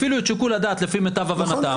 הפעילו את שיקול הדעת לפי מיטב הבנתם --- נכון.